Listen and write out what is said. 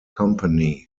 company